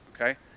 Okay